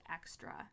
extra